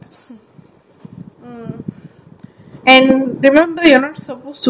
and remember you're not supposed to drink your cough syrup anyhow ah